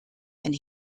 and